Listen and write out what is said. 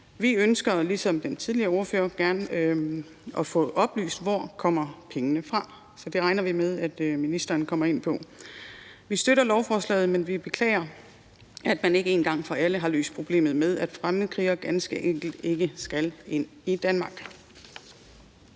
Vi ønsker ligesom den tidligere ordfører at få oplyst, hvor pengene kommer fra, så det regner vi med, at ministeren kommer ind på. Vi støtter lovforslaget, men vi beklager, at man ikke én gang for alle har løst problemet med, at fremmedkrigere ganske enkelt ikke skal ind i Danmark.